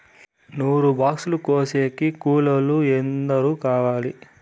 నూరు బాక్సులు కోసేకి కూలోల్లు ఎందరు కావాలి?